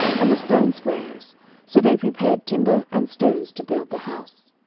and the stonesquarers so they prepared timber and stones to build the house.